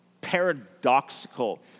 paradoxical